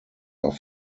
are